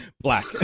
Black